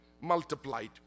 multiplied